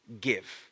give